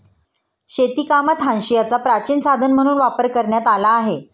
शेतीकामात हांशियाचा प्राचीन साधन म्हणून वापर करण्यात आला आहे